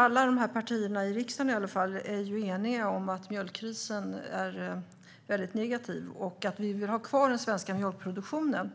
Alla partier i riksdagen är eniga om att mjölkkrisen är väldigt negativ och att vi vill ha kvar den svenska mjölkproduktionen.